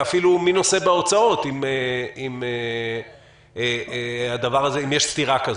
ואפילו: מי נושא בהוצאות אם יש סתירה כזאת?